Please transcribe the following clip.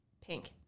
pink